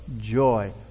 joy